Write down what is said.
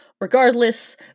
Regardless